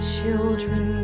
Children